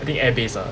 I think air base ah